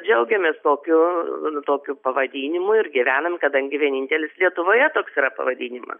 džiaugiamės tokiu tokiu pavadinimu ir gyvenam kadangi vienintelis lietuvoje toks yra pavadinimas